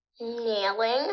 Nailing